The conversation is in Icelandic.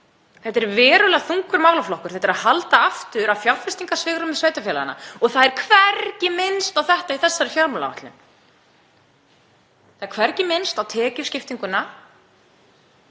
Þetta er verulega þungur málaflokkur. Þetta heldur aftur af fjárfestingarsvigrúmi sveitarfélaganna og það er hvergi minnst á þetta í þessari fjármálaáætlun. Það er hvergi minnst á tekjuskiptinguna.